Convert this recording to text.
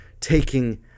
taking